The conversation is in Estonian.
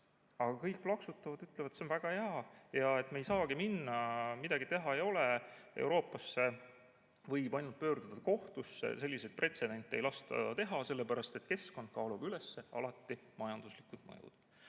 Aga kõik plaksutavad, ütlevad, et see on väga hea ja et me ei saagi muidu minna, midagi teha ei ole, Euroopasse, et võib ainult kohtusse pöörduda. Selliseid pretsedente ei lasta teha, sellepärast et keskkond kaalub alati üles majanduslikud mõjud.